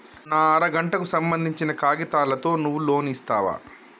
నా అర గంటకు సంబందించిన కాగితాలతో నువ్వు లోన్ ఇస్తవా?